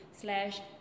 slash